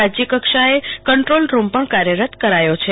રાજય કક્ષાએ control room પણ કાર્યરત કરાયો છે